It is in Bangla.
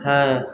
হ্যাঁ